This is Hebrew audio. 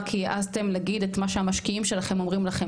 רק כי העזתם להגיד את מה שהמשקיעים שלכם אומרים לכם,